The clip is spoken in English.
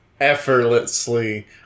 Effortlessly